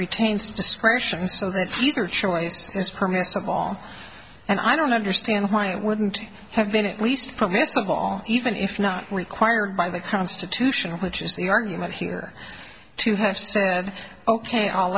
retains discretion so that's either choice is permissible and i don't understand why it wouldn't have been at least permissible even if not required by the constitution which is the argument here to have said ok i'll